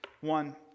One